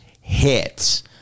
hits